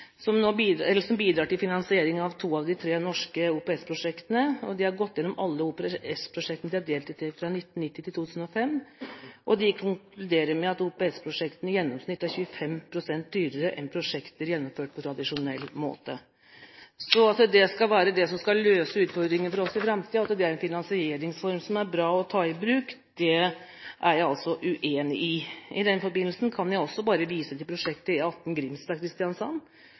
som bidrar til finansiering av to av de tre norske OPS-prosjektene. De har gått gjennom alle OPS-prosjektene de har deltatt i, fra 1990 til 2005, og de konkluderer med at OPS-prosjektene i gjennomsnitt er 25 pst. dyrere enn prosjekter gjennomført på tradisjonell måte. Så hvis det er det som skal være svaret på utfordringene for oss i framtiden, og at det er en finansieringsform som er bra å ta i bruk, er jeg altså uenig. I den forbindelse kan jeg også bare vise til prosjektet